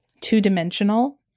two-dimensional